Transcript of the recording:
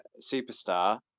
superstar